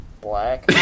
black